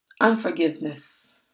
Unforgiveness